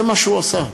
זה מה שהוא עשה.